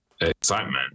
excitement